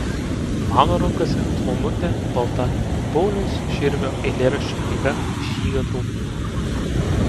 mano rankose plonutė balta pauliaus širvio eilėraščių knyga žygio draugai